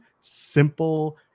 simple